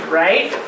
right